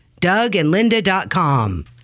dougandlinda.com